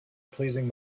pleasing